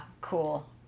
Cool